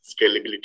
scalability